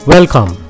Welcome